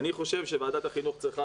ואומר שאני חושב שוועדת החינוך צריכה